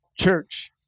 church